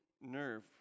nerve